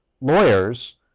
lawyers